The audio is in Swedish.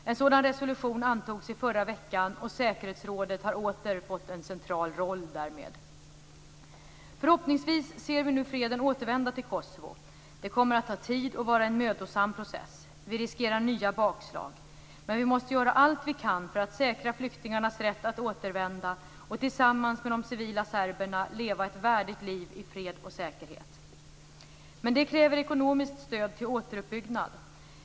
En sådan resolution antogs i förra veckan, och säkerhetsrådet har därmed åter fått en central roll. Förhoppningsvis ser vi nu freden återvända till Kosovo. Det kommer att ta tid och vara en mödosam process. Vi riskerar nya bakslag, men vi måste göra allt vi kan för att säkra flyktingarnas rätt att återvända och tillsammans med de civila serberna leva ett värdigt liv i fred och säkerhet. Men det kräver ekonomiskt stöd till återuppbyggnad.